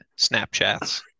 Snapchats